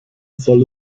soll